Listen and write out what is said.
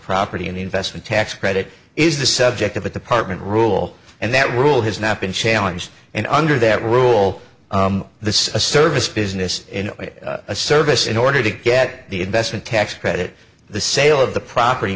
property and investment tax credit is the subject of that the partment rule and that rule has now been challenged and under that rule this a service business in a service in order to get the investment tax credit the sale of the property